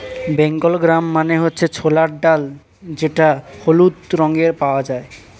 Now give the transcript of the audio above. Bengal gram মানে হচ্ছে ছোলার ডাল যেটা হলুদ রঙে পাওয়া যায়